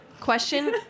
Question